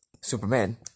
Superman